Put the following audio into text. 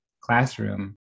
classroom